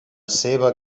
seua